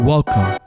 Welcome